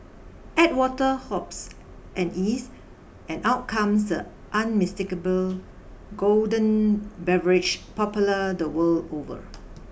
add water hops and yeast and out comes the unmistakable golden beverage popular the world over